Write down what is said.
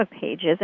pages